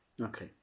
Okay